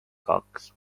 kaks